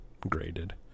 graded